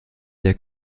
der